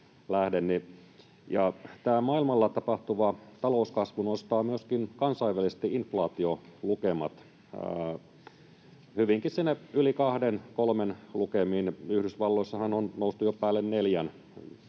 tämä maailmalla tapahtuva talouskasvu nostaa myöskin kansainvälisesti inflaatiolukemat hyvinkin sinne yli 2—3:n lukemiin, Yhdysvalloissahan on noustu jo päälle 4:n